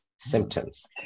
symptoms